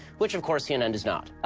which of course, cnn does not.